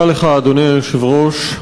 אדוני היושב-ראש,